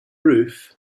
roof